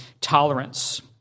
tolerance